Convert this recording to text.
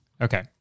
Okay